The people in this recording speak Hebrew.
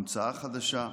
המצאה חדשה,